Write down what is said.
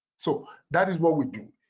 so that is what we do.